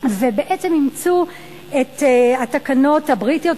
ובעצם אימצו את התקנות הבריטיות,